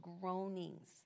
groanings